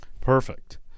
Perfect